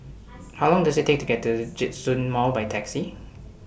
How Long Does IT Take to get to Djitsun Mall By Taxi